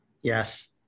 Yes